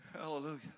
Hallelujah